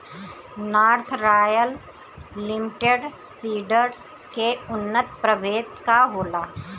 North Royal Limited Seeds के उन्नत प्रभेद का होला?